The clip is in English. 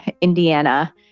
Indiana